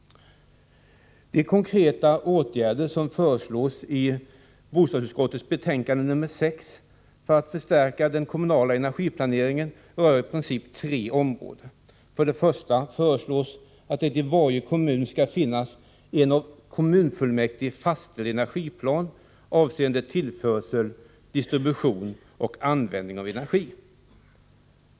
De konkreta åtgärder som föreslås i bostadsutskottets betänkande 6 för att förstärka den kommunala energiplaneringen rör i princip tre områden. Först och främst föreslås att det i varje kommun skall finnas en av kommunfullmäktige fastställd energiplan avseende tillförsel, distribution och användning av energi.